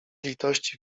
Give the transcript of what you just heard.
litości